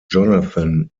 jonathan